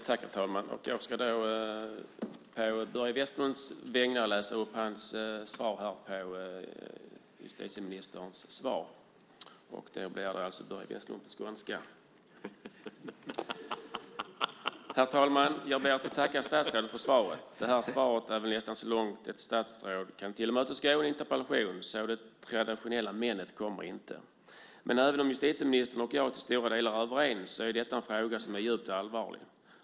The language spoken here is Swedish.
Herr talman! Jag ska å Börje Vestlunds vägnar läsa upp hans svar på justitieministerns svar. Då blir det alltså Börje Vestlund på skånska. Herr talman! Jag ber att få tacka statsrådet för svaret. Det här svaret är väl nästan så långt ett statsråd kan tillmötesgå en interpellation, så det traditionella "menet" kommer inte. Men även om justitieministern och jag till stora delar är överens är det här en fråga som är djupt allvarlig.